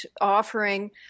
offering